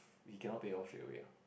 he cannot pay off straight away ah